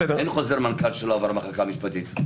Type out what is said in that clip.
אין חוזר מנכ"ל שלא עבר מחלקה משפטית.